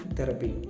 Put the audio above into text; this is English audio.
Therapy